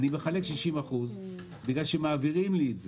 אני מחלק 60% בגלל שמעבירים לי את זה.